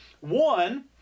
One